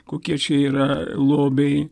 kokie čia yra lobiai